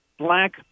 Black